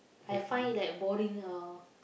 I find it like boring ah